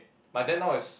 but then now it's